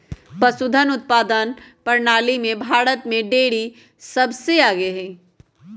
पशुधन उत्पादन प्रणाली में भारत में डेरी सबसे आगे हई